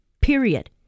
Period